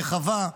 רחבה,